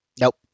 Nope